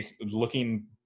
looking